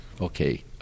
Okay